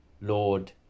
Lord